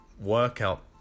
Workout